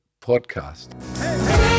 podcast